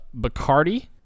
Bacardi